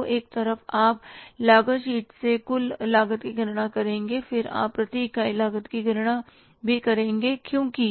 तो एक तरफ आप लागत शीट से कुल लागत की गणना करेंगे और फिर आप प्रति इकाईलागत की गणना भी करेंगे क्योंकि